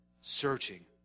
searching